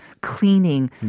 cleaning